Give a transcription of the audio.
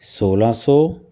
सोलह सौ